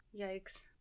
yikes